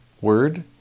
word